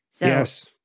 Yes